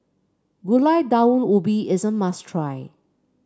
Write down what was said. Gulai Daun Ubi is a must try